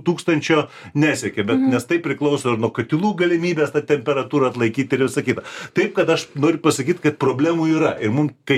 tūkstančio nesiekia nes tai priklauso ir nuo katilų galimybės tą temperatūrą atlaikyt ir visa kita taip kad aš noriu pasakyt kad problemų yra ir mum kai